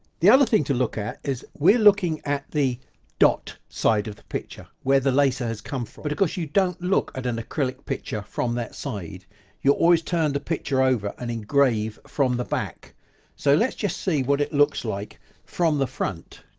the other thing to look at is we're looking at the dot side of the picture where the laser has come from. but of course you don't look at an acrylic picture from that side you always turn the picture over and engrave from the back so let's just see what it looks like from the front.